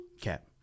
Cap